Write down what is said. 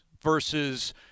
versus